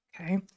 okay